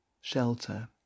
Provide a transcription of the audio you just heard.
shelter